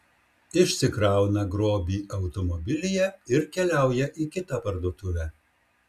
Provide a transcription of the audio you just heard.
išsikrauna grobį automobilyje ir keliauja į kitą parduotuvę